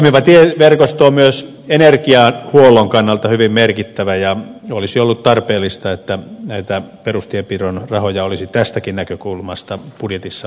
toimiva tieverkosto on myös energiahuollon kannalta hyvin merkittävä ja olisi ollut tarpeellista että näitä perustienpidon rahoja olisi tästäkin näkökulmasta budjetissa ollut enempi